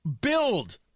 Build